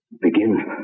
begin